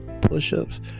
Push-ups